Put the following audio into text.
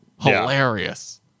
hilarious